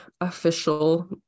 official